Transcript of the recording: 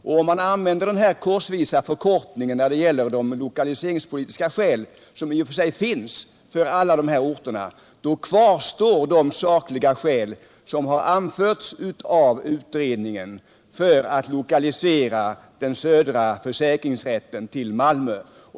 Och om man använder denna korsvisa förkortning när det gäller de lokaliseringspolitiska skäl som i och för sig finns för alla de nämnda orterna, så kvarstår alla de sakliga skäl som har anförts av utredningen för att lokalisera den södra försäkringsrätten till Malmö.